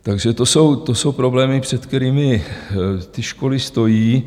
Takže to jsou to jsou problémy, před kterými ty školy stojí.